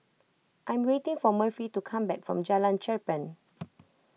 I am waiting for Murphy to come back from Jalan Cherpen